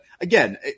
again